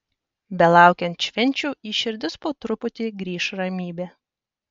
belaukiant švenčių į širdis po truputį grįš ramybė